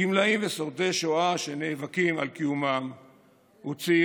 גמלאים ושורדי שואה נאבקים על קיומם וצעירים